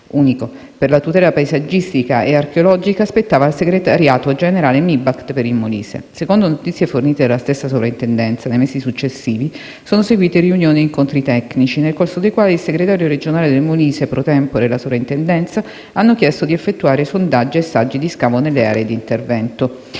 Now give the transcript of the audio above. unico per la tutela paesaggistica e archeologica spettava al segretariato regionale del Ministero dei beni e delle attività culturali e del turismo per il Molise. Secondo notizie fornite dalla stessa Soprintendenza, nei mesi successivi, sono seguite riunioni e incontri tecnici, nel corso dei quali il segretario regionale del Molise *pro tempore* e la Soprintendenza hanno chiesto di effettuare sondaggi e saggi di scavo nelle aree di intervento.